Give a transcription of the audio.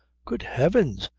good heavens!